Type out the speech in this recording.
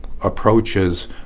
approaches